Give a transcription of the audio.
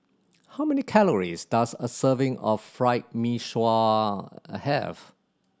how many calories does a serving of Fried Mee Sua a have